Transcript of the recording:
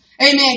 Amen